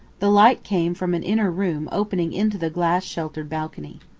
the light came from an inner room opening into the glass sheltered balcony.